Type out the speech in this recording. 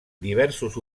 diversos